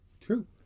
true